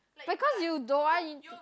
because you don't want you